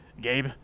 Gabe